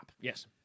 Yes